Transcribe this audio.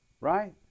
right